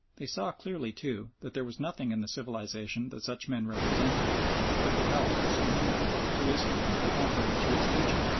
they saw clearly, too, that there was nothing in the civilisation that such men represented that could be held as inimical to islam or contrary to its teaching.